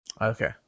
okay